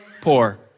poor